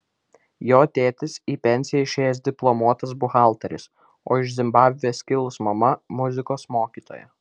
jo tėtis į pensiją išėjęs diplomuotas buhalteris o iš zimbabvės kilus mama muzikos mokytoja